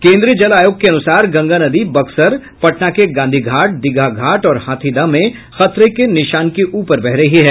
केन्द्रीय जल आयोग के अनुसार गंगा नदी बक्सर पटना के गांधी घाट दीघा घाट और हाथीदह में खतरे के निशान के ऊपर बह रही है